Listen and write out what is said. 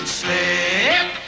slip